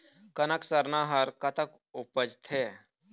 कनक सरना हर कतक उपजथे?